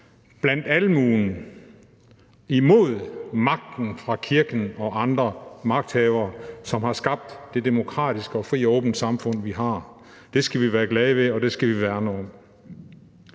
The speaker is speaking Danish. blandt almuen imod magten fra kirken og andre magthavere, som har skabt det demokratiske, frie og åbne samfund, vi har. Det skal vi være glade ved, og det skal vi værne om.